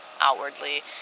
outwardly